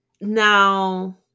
now